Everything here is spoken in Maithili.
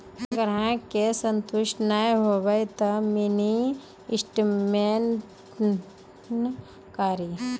ग्राहक के संतुष्ट ने होयब ते मिनि स्टेटमेन कारी?